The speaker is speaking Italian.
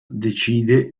decide